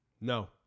No